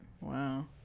wow